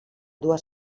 dues